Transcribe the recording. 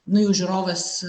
nu jau žiūrovas